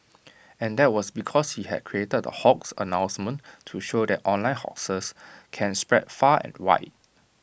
and that was because he had created the hoax announcement to show that online hoaxes can spread far and wide